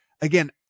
again